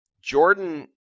Jordan